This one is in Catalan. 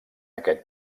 aquest